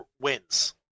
wins